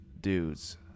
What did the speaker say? dudes